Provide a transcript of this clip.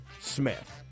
Smith